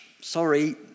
sorry